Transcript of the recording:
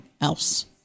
else